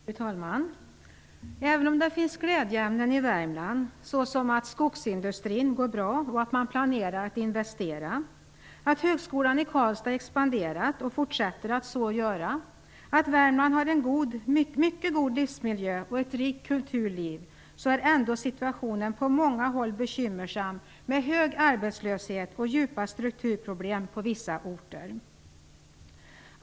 Fru talman! Även om det finns glädjeämnen i Värmland - såsom att skosindustrin går bra och att man planerar att investera, att högskolan i Karlstad har expanderat och fortsätter att så göra, att Värmland har en mycket god livsmiljö och ett rikt kulturliv - är ändå situationen på många håll bekymmersam med hög arbetslöshet och djupa strukturproblem på vissa orter.